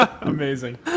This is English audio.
Amazing